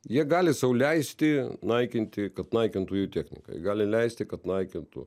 jie gali sau leisti naikinti kad naikintų jų techniką gali leisti kad naikintų